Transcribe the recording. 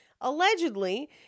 Allegedly